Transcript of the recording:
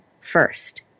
first